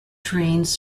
trains